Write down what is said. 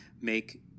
make